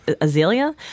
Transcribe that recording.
Azalea